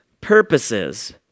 purposes